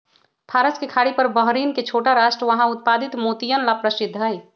फारस के खाड़ी पर बहरीन के छोटा राष्ट्र वहां उत्पादित मोतियन ला प्रसिद्ध हई